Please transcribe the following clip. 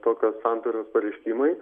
tokios santaros pareiškimai